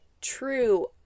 true